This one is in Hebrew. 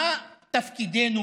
מה תפקידנו